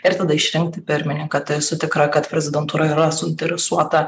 ir tada išrinkti pirmininką tai esu tikra kad prezidentūra yra suinteresuota